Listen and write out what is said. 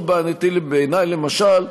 מאוד בעייתי בעיני, למשל,